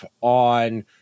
on